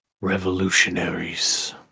revolutionaries